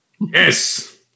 Yes